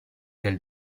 del